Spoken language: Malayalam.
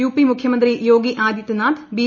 യു പി മുഖ്യമന്ത്രി യോക്കി ആദിത്യനാഥ് ബി